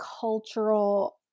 cultural